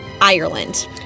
Ireland